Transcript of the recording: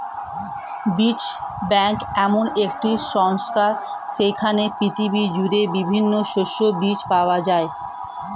বীজ ব্যাংক এমন একটি সংস্থা যেইখানে পৃথিবী জুড়ে বিভিন্ন শস্যের বীজ পাওয়া যায়